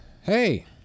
Hey